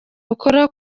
bukora